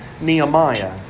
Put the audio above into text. Nehemiah